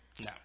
No